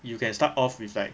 you can start off with like